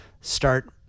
start